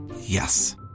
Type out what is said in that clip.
Yes